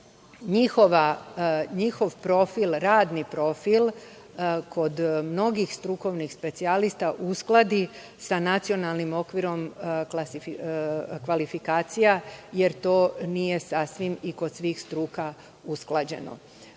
njihov profil, radni profil kod strukovnih specijalista uskladi sa nacionalnim okvirom kvalifikacija, jer to nije sasvim i kod svih struka usklađeno. Ovo